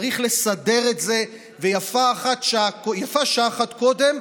צריך לסדר את זה, ויפה שעה אחת קודם,